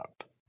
up